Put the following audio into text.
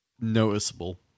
noticeable